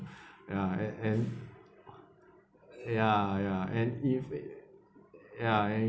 ya and and ya ya and if yeah